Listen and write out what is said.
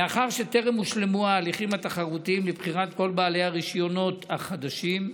מאחר שטרם הושלמו ההליכים התחרותיים לבחירת כל בעלי הרישיונות החדשים,